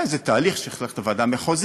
היה איזה תהליך שצריך ללכת לוועדה המחוזית,